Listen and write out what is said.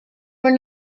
were